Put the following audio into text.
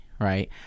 right